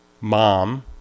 Mom